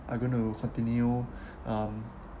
are going to continue um